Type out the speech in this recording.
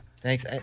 Thanks